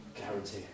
Guarantee